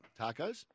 Tacos